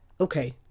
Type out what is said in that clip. Okay